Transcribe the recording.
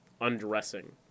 undressing